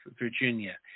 Virginia